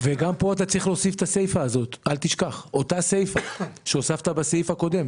גם פה צריך להוסיף את אותה סיפה שהוספת בסעיף הקודם.